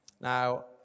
Now